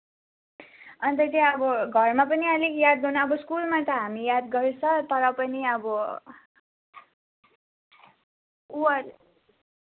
अन्त चाहिँ अब घरमा पनि अलिक याद गर्नु अब स्कुलमा त हामी याद गर्छ तरपनि अब पुवर